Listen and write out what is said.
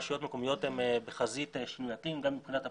רשויות מקומיות הן בחזית שינויי אקלים גם מבחינת הפגיעות,